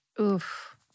Oof